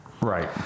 right